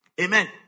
Amen